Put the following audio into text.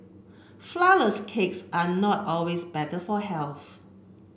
flourless cakes are not always better for health